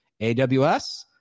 AWS